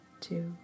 two